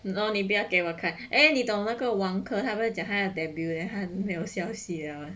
you know 你不要给我看 eh 你懂那个王珂他们讲他们要 debut leh 还没有消息了